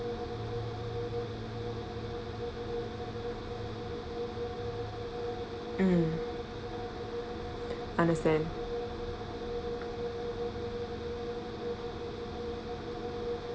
mm understand